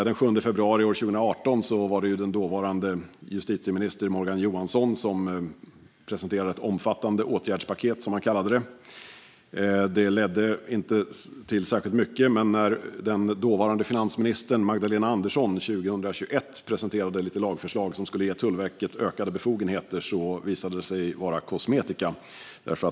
Den 7 februari 2018 presenterade dåvarande justitieminister Morgan Johansson ett omfattande åtgärdspaket, som han kallade det. Det ledde inte till särskilt mycket. Men när den dåvarande finansministern Magdalena Andersson 2021 presenterade lite lagförslag som skulle ge Tullverket ökade befogenheter visade det sig vara kosmetika.